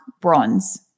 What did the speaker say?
bronze